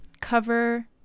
cover